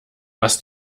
was